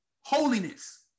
Holiness